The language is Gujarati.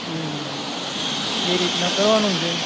હમ્મ એ રીતના કરવાનું છે